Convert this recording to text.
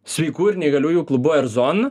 sveikų ir neįgaliųjų klubu erzon